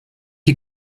die